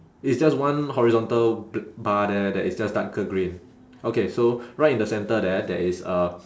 it's just one horizontal bl~ bar there that is just darker green okay so right in the centre there there is a